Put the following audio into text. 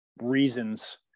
reasons